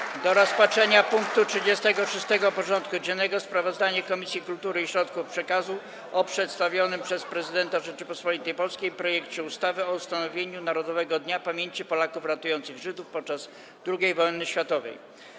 Powracamy do rozpatrzenia punktu 36. porządku dziennego: Sprawozdanie Komisji Kultury i Środków Przekazu o przedstawionym przez Prezydenta Rzeczypospolitej Polskiej projekcie ustawy o ustanowieniu Narodowego Dnia Pamięci Polaków ratujących Żydów podczas II wojny światowej.